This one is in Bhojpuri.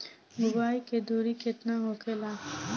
बुआई के दूरी केतना होखेला?